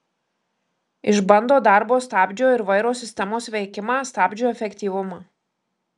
išbando darbo stabdžio ir vairo sistemos veikimą stabdžių efektyvumą